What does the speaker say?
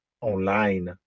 online